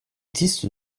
existe